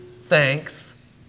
thanks